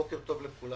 בוקר טוב לכולם.